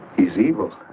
is evil.